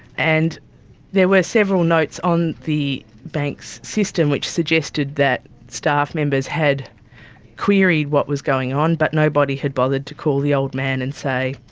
and there were several notes on the bank's system which suggested that staff members had queried what was going on but nobody had bothered to call the old man and say,